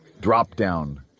drop-down